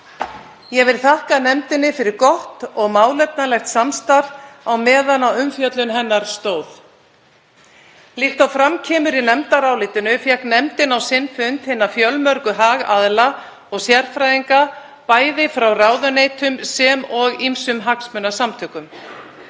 Ég vil þakka nefndinni fyrir gott og málefnalegt samstarf á meðan á umfjöllun hennar stóð. Líkt og fram kemur í nefndarálitinu fékk nefndin á sinn fund hina fjölmörgu hagaðila og sérfræðinga, bæði frá ráðuneytum sem og ýmsum hagsmunasamtökum.